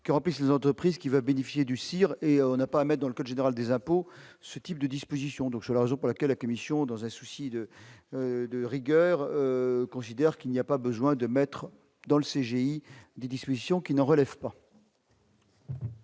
qui empêche les entreprises qui va bénéficier du CIR et on n'a pas, mais dans le code général des impôts, ce type de disposition donc c'est la raison pour laquelle la Commission dans un souci de de rigueur, considère qu'il n'y a pas besoin de mettre dans le CGI des discussions qui n'en relève pas.